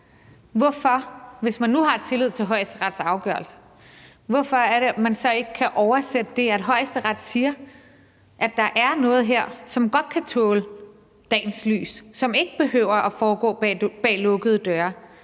tror det. Hvis man nu har tillid til Højesterets afgørelse, hvorfor er det så sådan, at man ikke kan oversætte det, som Højesteret siger om, at der her er noget, som godt kan tåle dagens lys, og som ikke behøver at foregå bag lukkede døre,